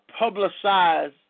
publicize